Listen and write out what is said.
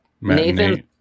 Nathan